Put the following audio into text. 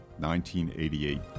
1988